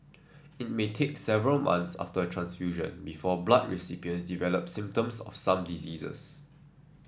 it may take several months after a transfusion before blood recipients develop symptoms of some diseases